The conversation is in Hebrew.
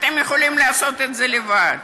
אתם יכולים לעשות את זה לבד.